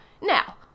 Now